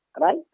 right